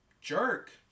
jerk